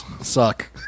Suck